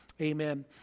Amen